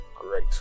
great